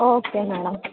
okay madam